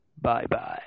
Bye-bye